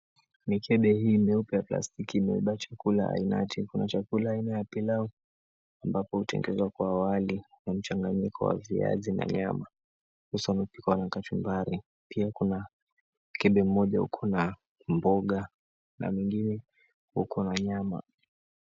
Mikebe hii meupe ya plastiki imebeba chakula aina ya kaimati. Kuna chakula aina ya pilau ambapo hutengezwa kwa wali na mchanganyiko wa viazi na nyama na kukiwa na kachumbari. Pia kuna mkebe mmoja uko na mboga na mwingine uko na nyama.